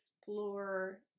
explore